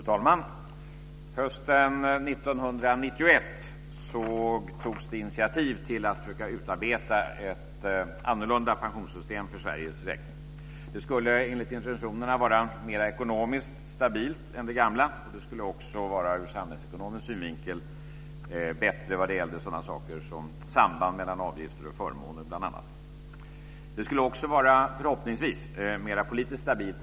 Fru talman! Hösten 1991 togs det initiativ till att försöka utarbeta ett annorlunda pensionssystem för Sveriges räkning. Det skulle enligt intentionerna vara mera ekonomiskt stabilt än det gamla. Det skulle också vara ur samhällsekonomisk synvinkel bättre vad det gällde saker som samband mellan avgifter och förmåner, bl.a. Det skulle också förhoppningsvis vara mer politiskt stabilt.